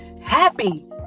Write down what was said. happy